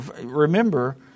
remember